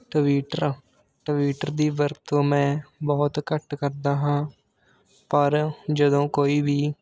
Twitter Twitter ਦੀ ਵਰਤੋਂ ਮੈਂ ਬਹੁਤ ਘੱਟ ਕਰਦਾ ਹਾਂ ਪਰ ਜਦੋਂ ਕੋਈ ਵੀ